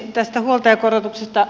tästä huoltajakorotuksesta